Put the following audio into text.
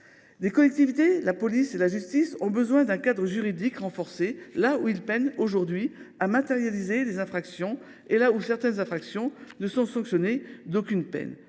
Les collectivités, la police et la justice ont besoin d’un cadre juridique renforcé, car elles peinent aujourd’hui à matérialiser les infractions ; du reste, certaines infractions ne sont sanctionnées d’aucune peine.